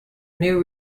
new